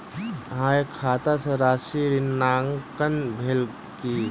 अहाँ के खाता सॅ राशि ऋणांकन भेल की?